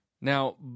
Now